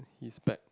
he's back